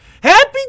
Happy